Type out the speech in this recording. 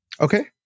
Okay